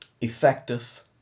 effective